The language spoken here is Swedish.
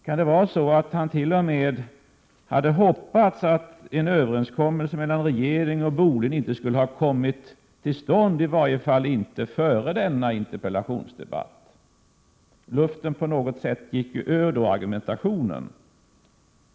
Kan det vara så att han t.o.m. hade hoppats att en överenskommelse mellan regeringen och Boliden inte skulle ha kommit till stånd, i varje fall inte före denna interpellationsdebatt? Luften gick på något sätt ur argumentationen.